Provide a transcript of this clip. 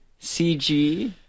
CG